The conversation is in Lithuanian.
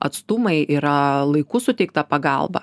atstumai yra laiku suteikta pagalba